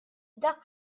dak